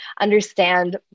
understand